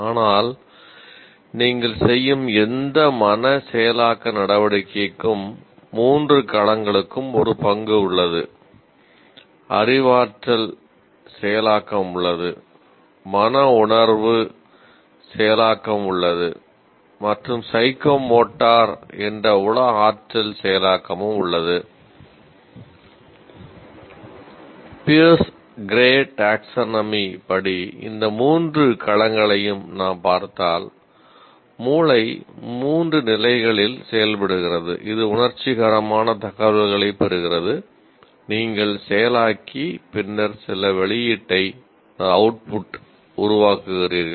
ஆனால் நீங்கள் செய்யும் எந்த மன செயலாக்க நடவடிக்கைக்கும் மூன்று களங்களுக்கும் ஒரு பங்கு உள்ளது அறிவாற்றல் உருவாக்குகிறீர்கள்